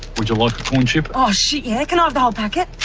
would you like a corn chip? oh shit yeah, can i have the whole packet?